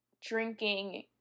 drinking